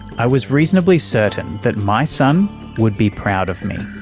i was reasonably certain that my son would be proud of me.